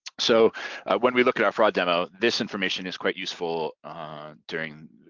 so when we look at our fraud demo this information is quite useful during,